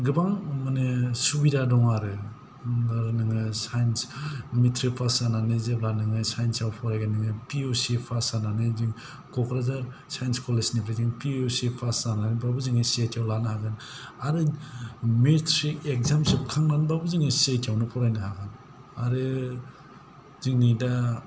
गोबां माने सुबिदा दंआरो नोंङो साइन्स मेट्रिक पास जानानै जेब्ला नोंङो साइन्साव फरायगोन नोंङो पि अ सि पास जानानै जों ककराझार साइन्स कलेजनिफ्राय जोंङो पि अ सि पास जानानैबाबो जोंङो सि आइ टिआव लानो हागोन आरो मेट्रिक एकजाम जोबखांनानैबाबो जोंङो सि आइ टिआवनो फरायनो हागोन आरो जोंनि दा